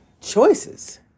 choices